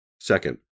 Second